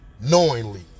knowingly